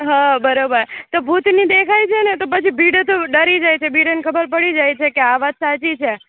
હા બરાબર તો ભૂતની દેખાય છે ને તો પછી ભીડે તો ડરી જાય છે ભીડેને ખબર પડી જાય છે કે આ વાત સાચી છે